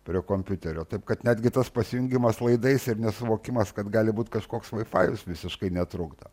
prie kompiuterio taip kad netgi tas pasijungimas laidais ir nesuvokimas kad gali būti kažkoks vaifajus visiškai netrukdo